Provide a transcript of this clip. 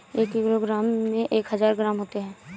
एक किलोग्राम में एक हजार ग्राम होते हैं